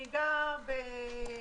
אוקיי.